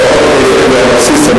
אורלי לוי אבקסיס.